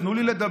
תנו לי לדבר,